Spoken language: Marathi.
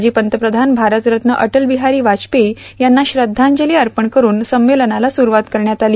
माजी पंतप्रधान भारतरत्न अटलबिहारी वाजपेयी यांना श्रद्धांजली अर्पण करून संमेलनाला स्रुरूवात करण्यात आली